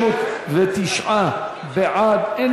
התשע"ה 2015, להצעה לסדר-היום ולהעביר את